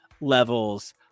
levels